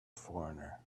foreigner